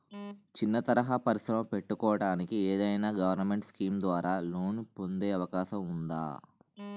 చిన్న తరహా పరిశ్రమ పెట్టుకోటానికి ఏదైనా గవర్నమెంట్ స్కీం ద్వారా లోన్ పొందే అవకాశం ఉందా?